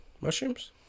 mushrooms